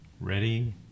Ready